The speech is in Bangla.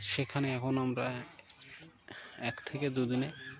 সেখানে এখন আমরা এক থেকে দুদিনে